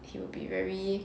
he will be very